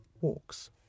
walks